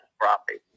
property